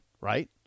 right